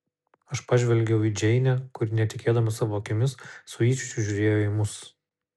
aš pažvelgiau į džeinę kuri netikėdama savo akimis su įsiūčiu žiūrėjo į mus